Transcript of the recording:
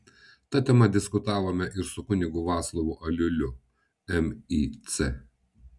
ta tema diskutavome ir su kunigu vaclovu aliuliu mic